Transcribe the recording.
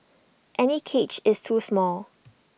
any cage is too small